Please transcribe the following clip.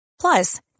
Plus